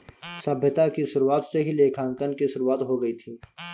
सभ्यता की शुरुआत से ही लेखांकन की शुरुआत हो गई थी